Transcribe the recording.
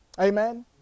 Amen